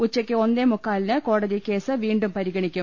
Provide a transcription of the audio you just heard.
ഉച്ചയ്ക്ക് ഒന്നേമുക്കാലിന് കോടതി കേസ് വീണ്ടും പരിഗ ണിക്കും